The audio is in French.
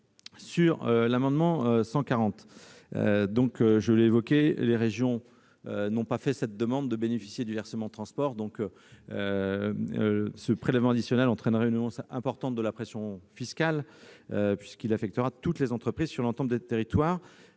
l'amendement n° 140, comme je l'ai indiqué, les régions n'ont pas exprimé la demande de bénéficier du versement transport. Un prélèvement additionnel entraînerait une hausse importante de la pression fiscale puisqu'il affecterait toutes les entreprises sur l'ensemble des territoires.